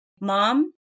Mom